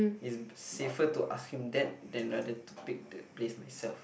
it's safer to ask him that than rather to pick the place myself